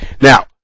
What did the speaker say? Now